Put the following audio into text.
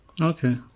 Okay